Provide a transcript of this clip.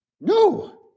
No